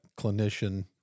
clinician